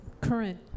current